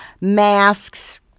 masks